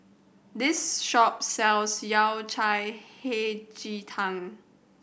this shop sells Yao Cai Hei Ji Tang